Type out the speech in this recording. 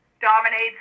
dominates